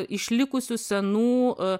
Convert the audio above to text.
išlikusių senų